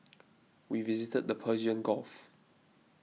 we visited the Persian Gulf